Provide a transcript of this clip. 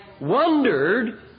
wondered